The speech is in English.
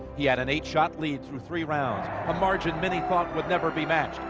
he had an eight-shot lead through three rounds a margin many thought would never be matched.